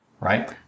right